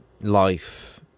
life